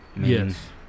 Yes